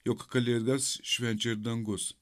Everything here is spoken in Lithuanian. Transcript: jog kalėdas švenčia ir dangus